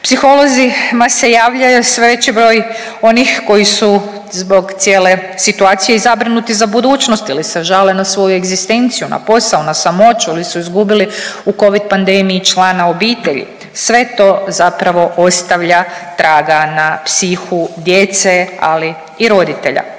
Psiholozima se javljaju sve veći broj onih koji su zbog cijele situacije i zabrinuti za budućnost ili se žale na svoju egzistenciju, na posao, na samoću ili su izgubili u covid pandemiji člana obitelji, sve to zapravo ostavlja traga na psihu djece, ali i roditelja.